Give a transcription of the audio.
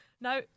now